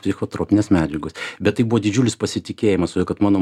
psichotropinės medžiagos bet tai buvo didžiulis pasitikėjimas todėl kad mano